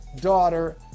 daughter